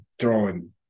throwing